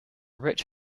rich